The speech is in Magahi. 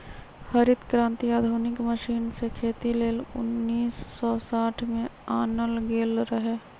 हरित क्रांति आधुनिक मशीन से खेती लेल उन्नीस सौ साठ में आनल गेल रहै